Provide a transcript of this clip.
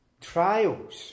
Trials